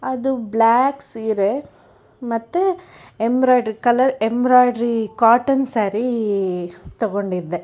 ಅದು ಬ್ಲಾಕ್ ಸೀರೆ ಮತ್ತೆ embroidery colour embroidery cotton sari ತಗೊಂಡಿದ್ದೆ